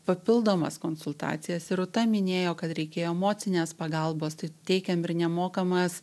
papildomas konsultacijas ir rūta minėjo kad reikėjo emocinės pagalbos tai teikiam ir nemokamas